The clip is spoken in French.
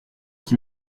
qui